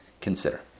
consider